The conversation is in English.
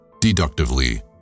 deductively